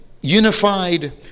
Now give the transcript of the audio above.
unified